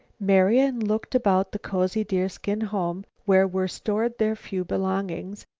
marian looked about the cozy deerskin home where were stored their few belongings,